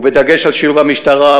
ובדגש על שילוב המשטרה,